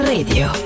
Radio